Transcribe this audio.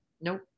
Nope